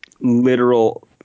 literal